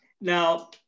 Now